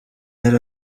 yari